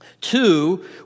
Two